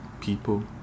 people